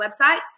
websites